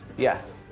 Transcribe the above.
yes,